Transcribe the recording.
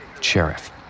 Sheriff